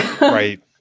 Right